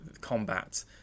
combat